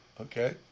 okay